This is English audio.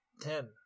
Ten